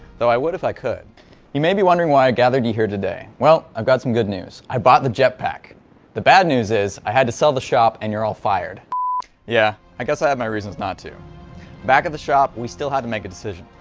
though i would if i could you may be wondering why i gathered you all here today, well i've got some good news i bought the jet pack the bad news is i had to sell the shop and you're all fired ya, yeah i guess i had my reasons not to back at the shop we still had to make a decision,